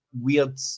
weird